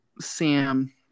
Sam